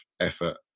effort